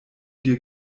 dir